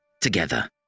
together